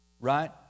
Right